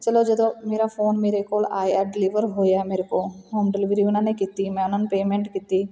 ਚਲੋ ਜਦੋਂ ਮੇਰਾ ਫੋਨ ਮੇਰੇ ਕੋਲ ਆਇਆ ਡਿਲੀਵਰ ਹੋਇਆ ਮੇਰੇ ਕੋਲ ਹੋਮ ਡਿਲੀਵਰੀ ਉਹਨਾਂ ਨੇ ਕੀਤੀ ਮੈਂ ਉਹਨਾਂ ਨੂੰ ਪੇਮੈਂਟ ਕੀਤੀ